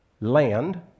land